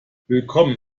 willkommen